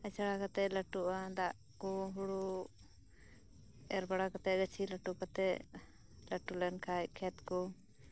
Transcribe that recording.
ᱟᱪᱷᱟᱲᱟ ᱠᱟᱛᱮ ᱞᱟᱹᱴᱩᱜᱼᱟ ᱫᱟᱜ ᱠᱩ ᱦᱩᱲᱩ ᱮᱨ ᱵᱟᱲᱟ ᱠᱟᱛᱮᱫ ᱜᱟᱹᱪᱷᱤ ᱞᱟᱹᱴᱩ ᱠᱟᱛᱮᱫ ᱞᱟᱹᱴᱩ ᱞᱮᱱᱠᱷᱟᱡ ᱠᱷᱮᱛ ᱠᱩ